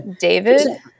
David